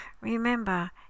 Remember